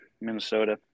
Minnesota